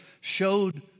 showed